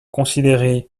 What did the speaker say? considérée